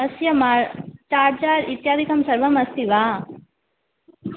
अस्य मार् चार्जर् इत्यादिकम् सर्वमस्ति वा